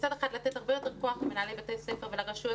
מצד אחד לתת הרבה יותר כוח למנהלי בתי הספר ולרשויות